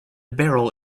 barrel